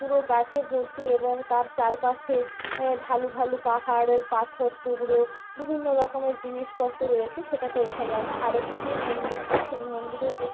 পুরো গাছে ভর্তি এবং তার চারপাশে ঢালু ঢালু পাহাড়ের পাথর টুকরো বিভিন্ন রকমের জিনিসপত্র রয়েছে সেটাতে ওঠা যায় না আরেকটি যে মন্দিরটি সেই মন্দিরেও যে